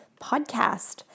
podcast